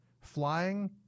flying